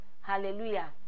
Hallelujah